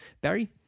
barry